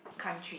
country